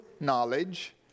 knowledge